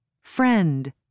friend